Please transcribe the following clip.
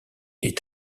est